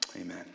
Amen